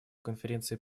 конференции